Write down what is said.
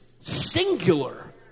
singular